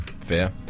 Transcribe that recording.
fair